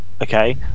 Okay